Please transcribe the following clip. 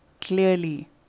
clearly